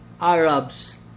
Arabs